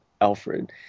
Alfred